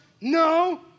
No